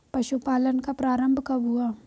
पशुपालन का प्रारंभ कब हुआ?